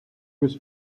was